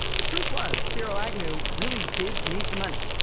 the truth was, spiro agnew really did need the money.